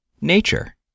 Nature